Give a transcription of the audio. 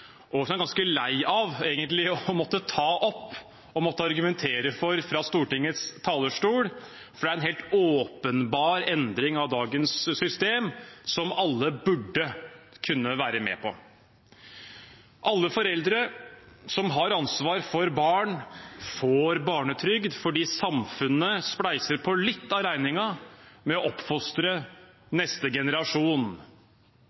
og som vi egentlig er ganske lei av å måtte ta opp og argumentere for fra Stortingets talerstol, for det er en helt åpenbar endring av dagens system som alle burde kunne være med på. Alle foreldre som har ansvar for barn, får barnetrygd fordi samfunnet spleiser på litt av regningen ved å oppfostre